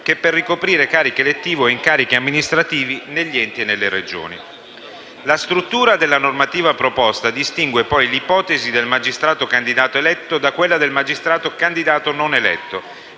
che per ricoprire cariche elettive o incarichi amministrativi negli enti locali e nelle Regioni. La struttura della normativa proposta distingue poi l'ipotesi del magistrato candidato eletto da quella del magistrato candidato non eletto.